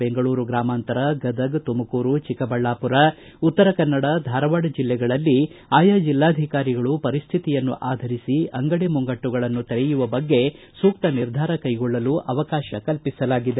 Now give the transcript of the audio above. ಬೆಂಗಳೂರು ಗ್ರಾಮಾಂತರ ಗದಗ್ ತುಮಕೂರು ಚಿಕ್ಕಬಳ್ಳಾಪುರ ಉತ್ತರ ಕನ್ನಡ ಧಾರವಾಡ ಜಿಲ್ಲೆಗಳಲ್ಲಿ ಆಯಾ ಜಿಲ್ಲಾಧಿಕಾರಿಗಳು ಪರಿಸ್ಥಿತಿಯನ್ನು ಆಧರಿಸಿ ಅಂಗಡಿ ಮುಂಗಟ್ಟುಗಳನ್ನು ತೆರೆಯುವ ಬಗ್ಗೆ ಸೂಕ್ತ ನಿರ್ಧಾರ ಕೈಗೊಳ್ಳಲು ಅವಕಾಶ ಕಲ್ಪಿಸಲಾಗಿದೆ